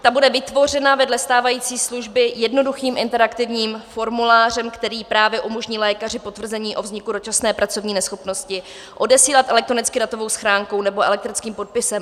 Ta bude vytvořena vedle stávající služby jednoduchým interaktivním formulářem, který právě umožní lékaři potvrzení o vzniku dočasné pracovní neschopnosti odesílat elektronicky datovou schránkou nebo elektronickým podpisem.